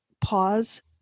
pause